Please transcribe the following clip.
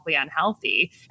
unhealthy